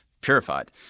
purified